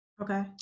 Okay